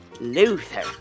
Luther